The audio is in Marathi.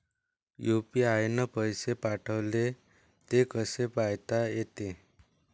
यू.पी.आय न पैसे पाठवले, ते कसे पायता येते?